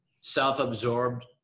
self-absorbed